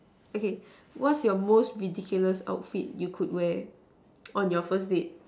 okay what's your most ridiculous outfit you could wear on your first date